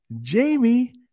jamie